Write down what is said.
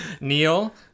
neil